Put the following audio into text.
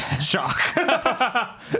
Shock